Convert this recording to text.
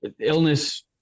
illness